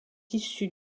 issu